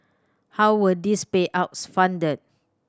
how were these payouts funded